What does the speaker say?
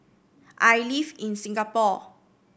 I live in Singapore